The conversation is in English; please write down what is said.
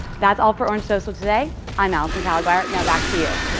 that's all for orange social today, i'm alison caligire now back to you!